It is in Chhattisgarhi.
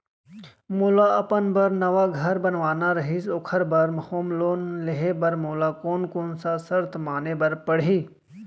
मोला अपन बर नवा घर बनवाना रहिस ओखर बर होम लोन लेहे बर मोला कोन कोन सा शर्त माने बर पड़ही?